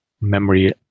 memory